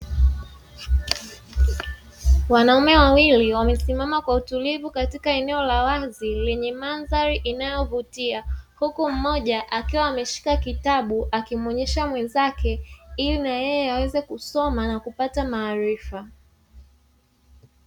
Wanaume wa wili wamesimama kwa utulivu katika eneo la wazi lenye mandhari inayovutia, huku mmoja akiwa ameshika kitabu akimuonyesha mwenzake ili nayeye aweze kusoma na kupata maarifa.